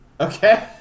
okay